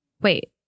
Wait